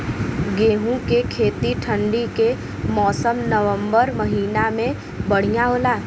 गेहूँ के खेती ठंण्डी के मौसम नवम्बर महीना में बढ़ियां होला?